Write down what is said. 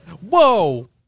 Whoa